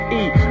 eat